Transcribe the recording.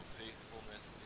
faithfulness